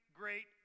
great